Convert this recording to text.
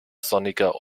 sonniger